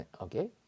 Okay